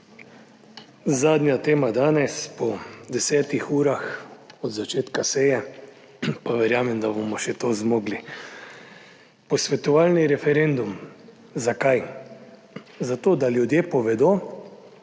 Zadnja tema danes po 10. urah od začetka seje, pa verjamem, da bomo še to zmogli. Posvetovalni referendum – zakaj? Zato, da ljudje povedo,